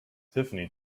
tiffany